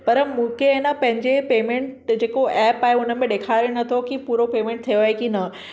पर मूंखे आहे न पंहिंजे पेमेंट जेको एप आहे हुन में ॾेखारे नथो की पूरो पेमेंट थियो आहे की न